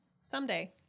someday